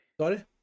sorry